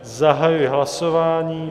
Zahajuji hlasování.